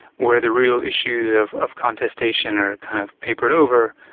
where the real issues of of contestation are kind of papered over.